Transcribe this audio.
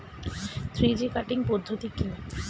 Three G cutting পদ্ধতি কি?